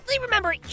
remember